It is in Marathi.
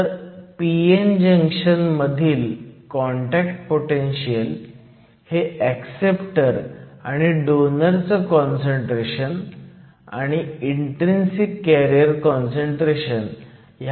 तर p n जंक्शन मधील कॉन्टॅक्ट पोटेनशीयल हे ऍक्सेप्टर आणि डोनर चं काँसंट्रेशन आणि इन्ट्रीन्सिक कॅरियर काँसंट्रेशन वर अवलंबून आहे